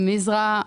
מזרעה,